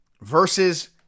versus